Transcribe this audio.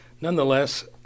Nonetheless